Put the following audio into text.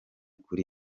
kuri